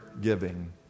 giving